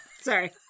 Sorry